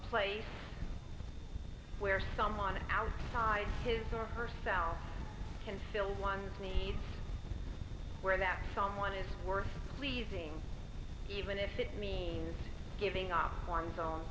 place where someone outside his or her self can filled one's needs where that someone is worth pleasing even if it means giving up one's own